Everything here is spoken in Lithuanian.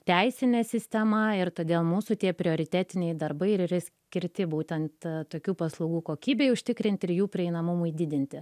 teisinę sistemą ir todėl mūsų tie prioritetiniai darbai ir skirti būtent tokių paslaugų kokybei užtikrinti ir jų prieinamumui didinti